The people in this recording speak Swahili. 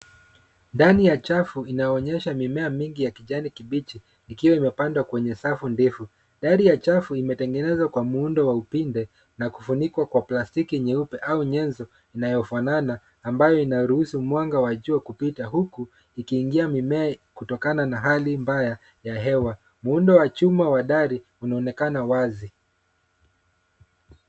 Ndani ya chafu, inaonyesha mimea mingi ya kijani kibichi ikiwa imepandwa kwenye safu ndefu. Dari ya chafu imetengenezwa kwa muundo wa upinde na kufunikwa kwa plastiki nyeupe au nyenzo inayofanana, ambayo inaruhusu mwanga wa jua kupita huku ikikingia mimea kutokana na hali mbaya ya hewa. Muundo wa chuma wa dari unaonekana wazi.